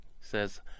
says